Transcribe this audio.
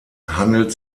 handelt